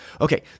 Okay